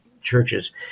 churches